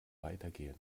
weitergehen